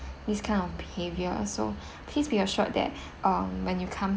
this kind of behavior so please be assured that uh when you come